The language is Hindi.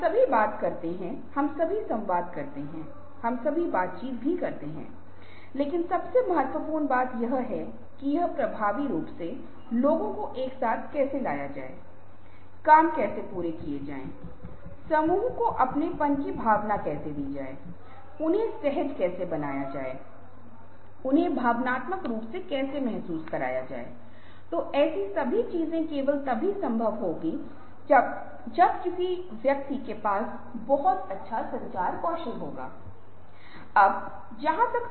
यह सबसे कमजोर संबंध था जबकि सबसे मजबूत संबंध तब पाया गया जब समय प्रबंधन उचित है तो इसने तनाव को कम किया गया और यह भी पाया गया कि समय प्रबंधन प्रशिक्षण दिया गया है यह प्रतिभागियों को आत्म रिपोर्ट किए गए समय प्रबंधन कौशल को भी बढ़ाता है